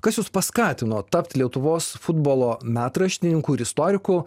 kas jus paskatino tapti lietuvos futbolo metraštininku ir istoriku